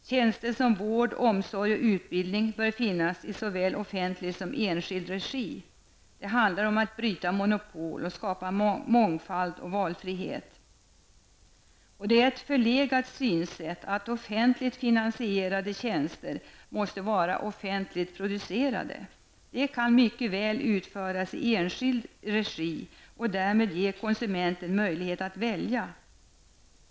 Tjänster som vård, omsorg och utbildning bör finnas i såväl offentlig som enskild regi. Det handlar om att bryta monopol och skapa mångfald och valfrihet. Det är ett förlegat synsätt att offentligt finansierade tjänster måste vara offentligt producerade. De kan mycket väl utföras i enskild regi och därmed ge konsumenten möjlighet att välja.